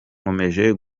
nkomeje